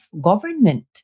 government